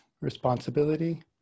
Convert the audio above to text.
responsibility